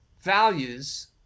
values